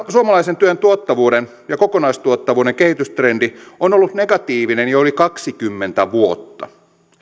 suomalaisen työn tuottavuuden ja kokonaistuottavuuden kehitystrendi on ollut negatiivinen jo yli kaksikymmentä vuotta